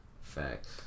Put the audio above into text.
Facts